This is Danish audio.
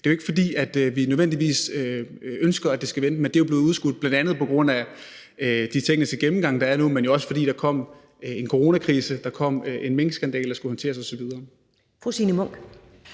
Det er ikke, fordi vi nødvendigvis ønsker, at det skal vente, men det er jo blevet udskudt, bl.a. på grund af de tekniske gennemgange, der er nu, men jo også, fordi der kom en coronakrise, og fordi der kom en minkskandale, der skulle håndteres osv.